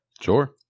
Sure